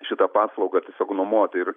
šitą paslaugą tiesiog nuomoti ir